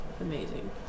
amazing